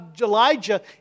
Elijah